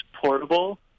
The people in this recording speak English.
portable